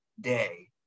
day